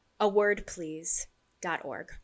awordplease.org